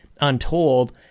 untold